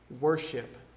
worship